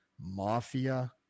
mafia